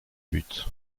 but